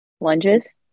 Lunges